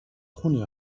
junio